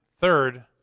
third